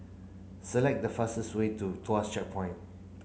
select the fastest way to Tuas Checkpoint